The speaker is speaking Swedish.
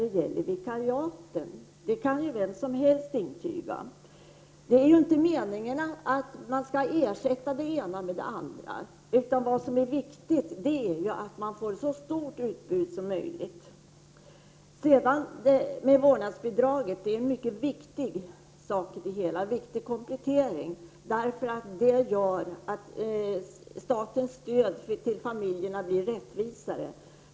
Detta gäller t.o.m. vikariaten — vem som helst kan intyga att det är så. Meningen är ju inte att ersätta det ena med det andra, utan det viktiga är att åstadkomma ett så stort utbud som möjligt. Vårdnadsbidraget är en mycket viktig komplettering. På det sättet blir statsstödet till familjerna rättvisare.